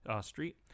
Street